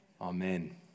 Amen